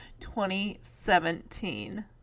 2017